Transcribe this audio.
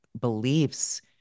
beliefs